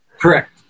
Correct